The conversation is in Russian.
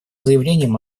заявлениям